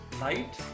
light